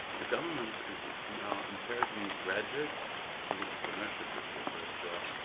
the government is now encouraging graduates to take entrepreneurship as their first job.